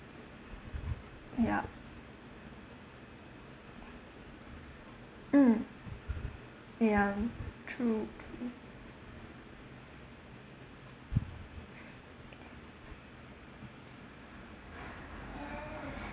ya mm ya true